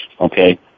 okay